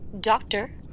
Doctor